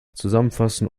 zusammenfassen